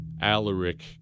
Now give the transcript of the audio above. Alaric